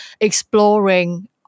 exploring